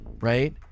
right